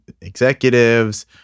executives